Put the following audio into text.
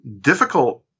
difficult